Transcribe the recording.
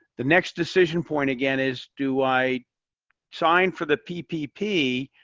the next decision point, again, is do i sign for the ppp,